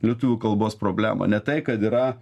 lietuvių kalbos problemą ne tai kad yra